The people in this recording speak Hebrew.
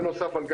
בנוסף על כך,